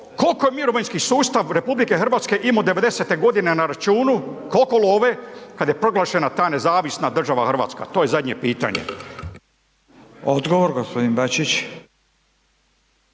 Kolko je mirovinski sustav RH imo '90.g. na računu, kolko love kad je proglašena ta nezavisna država Hrvatska? To je zadnje pitanje. **Radin, Furio